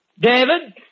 David